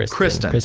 ah kristyn.